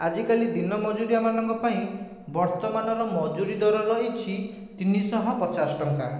ଆଜିକାଲି ଦିନମଜୁରିଆମାନଙ୍କ ପାଇଁ ବର୍ତ୍ତମାନର ମଜୁରୀ ଦର ରହିଛି ତିନି ଶହ ପଚାଶ ଟଙ୍କା